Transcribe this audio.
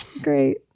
great